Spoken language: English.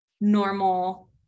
normal